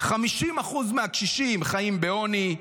50% מהקשישים חיים בעוני,